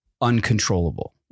uncontrollable